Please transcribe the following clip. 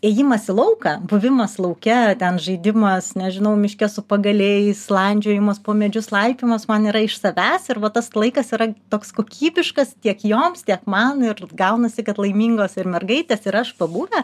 ėjimas į lauką buvimas lauke ten žaidimas nežinau miške su pagaliais landžiojimas po medžius laipymas man yra iš savęs ir va tas laikas yra toks kokybiškas tiek joms tiek man ir gaunasi kad laimingos ir mergaitės ir aš pabuvę